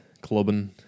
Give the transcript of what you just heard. clubbing